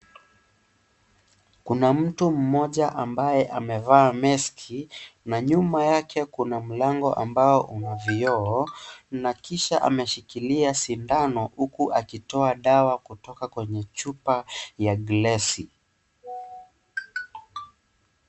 Kuna mtu mmoja ambaye amevaa meski na nyuma yake kuna mlango ambao una vioo na kisha ameahikilia sindano huku akitoa dawa kutoka kwenye chupa ya glesi.